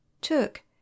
took